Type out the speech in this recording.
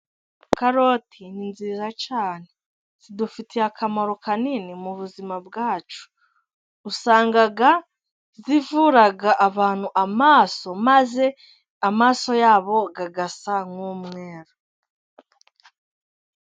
Karoti ni nziza cyane, zidufitiye akamaro kanini mu buzima bwacu, usanga zivura abantu amaso, maze amaso yabo agasa nk'umweru.